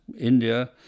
India